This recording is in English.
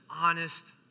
honest